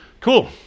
Cool